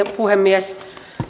puhemies